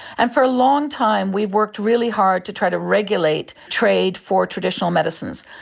and for a long time we worked really hard to try to regulate trade for traditional medicines.